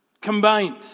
Combined